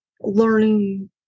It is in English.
learning